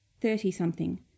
Thirty-something